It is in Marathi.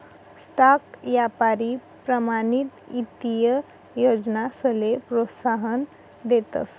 स्टॉक यापारी प्रमाणित ईत्तीय योजनासले प्रोत्साहन देतस